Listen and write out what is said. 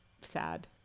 sad